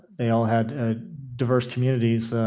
they all had ah diverse communities,